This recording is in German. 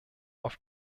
auf